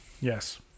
Yes